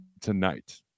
tonight